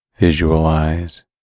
Visualize